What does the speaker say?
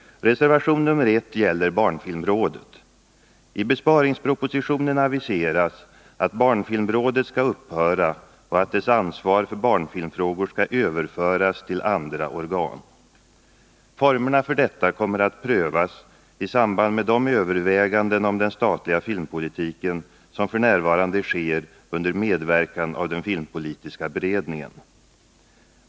Reservation nr 1 gäller barnfilmrådet. I besparingspropositionen aviseras att barnfilmrådet skall upphöra och att dess ansvar för barnfilmfrågor skall överföras till andra organ. Formerna för detta kommer att prövas i samband med de överväganden om den statliga filmpolitiken som f. n. sker under medverkan av den filmpolitiska beredningen.